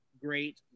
great